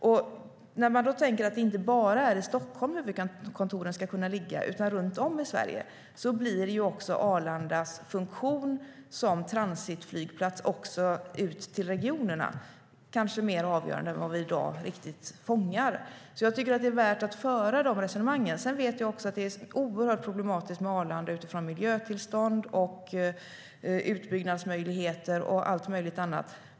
Om vi tänker att det inte bara är i Stockholm som huvudkontoren ska kunna ligga utan runt om i Sverige, blir Arlandas funktion som transitflygplats också ut till regionerna kanske mer avgörande än vad vi i dag riktigt fångar. Jag tycker att det är värt att föra de resonemangen. Sedan vet jag att det är oerhört problematiskt med Arlanda utifrån miljötillstånd, utbyggnadsmöjligheter och allt möjligt annat.